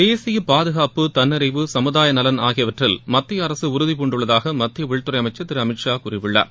தேசிய பாதுகாப்ப தன்னிறைவு சமுதாய நலன் ஆகியவற்றில் மத்திய அரசு உறுதி பூண்டுள்ளதாக மத்திய உள்துறை அமைச்சர் திரு அமித் ஷா கூறியுள்ளார்